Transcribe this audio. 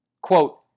Quote